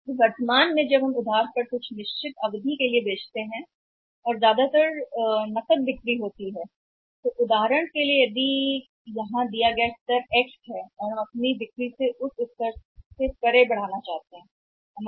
इसलिए वर्तमान में जब हम एक निश्चित क्रेडिट अवधि और बड़े पैमाने पर क्रेडिट देकर क्रेडिट पर बेच रहे हैं नकदी हमारी बिक्री भी कहती है उदाहरण के लिए दिया गया स्तर X है लेकिन आप बिक्री बढ़ाना चाहते हैंउस स्तर से परे